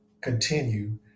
continue